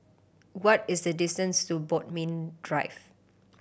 what is the distance to Bodmin Drive